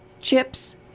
chips